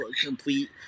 complete